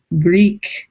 Greek